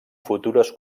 futures